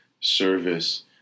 service